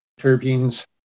terpenes